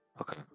Okay